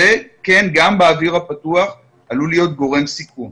זה כן גם באוויר הפתוח עלול להיות גורם סיכון.